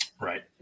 Right